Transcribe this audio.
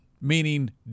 meaning